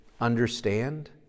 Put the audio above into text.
understand